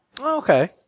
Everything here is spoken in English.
okay